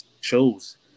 shows